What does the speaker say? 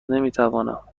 نمیتوانم